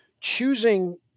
Choosing